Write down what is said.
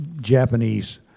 Japanese